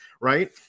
right